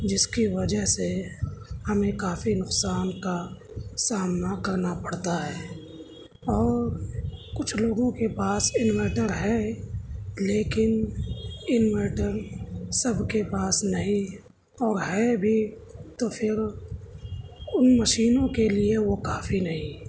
جس کی وجہ سے ہمیں کافی نقصان کا سامنا کرنا پڑتا ہے اور کچھ لوگوں کے پاس انویٹر ہے لیکن انویٹر سب کے پاس نہیں اور ہے بھی تو پھر ان مشینوں کے لیے وہ کافی نہیں